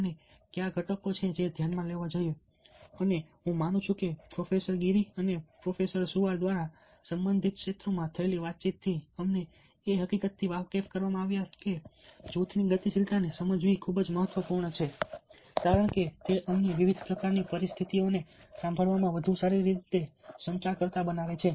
અને કયા ઘટકો છે જે ધ્યાનમાં લેવા જોઈએ અને હું માનું છું કે પ્રોફેસર ગિરી અને પ્રોફેસર સુઆર દ્વારા સંબંધિત ક્ષેત્રોમાં થયેલી વાતચીતથી અમને એ હકીકતથી વાકેફ કરવામાં આવ્યા કે જૂથની ગતિશીલતાને સમજવી ખૂબ જ મહત્વપૂર્ણ છે કારણ કે તે અમને વિવિધ પ્રકારની પરિસ્થિતિઓને સંભાળવામાં વધુ સારી રીતે સંચારકર્તા બનાવે છે